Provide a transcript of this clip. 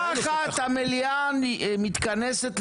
בשונה מהסיפור של הסניוריטי הסוגיה שמגיעה פה,